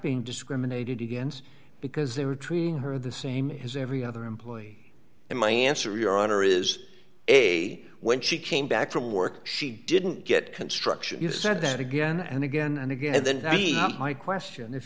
being discriminate did against because they were treating her the same as every other employee in my answer your honor is a when she came back from work she didn't get construction you've said that again and again and again and then i question if